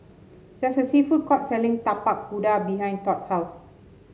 there's a sea food court selling Tapak Kuda behind Todd's house